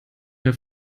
mehr